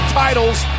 titles